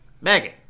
Megan